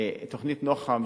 תוכנית נוח"ם,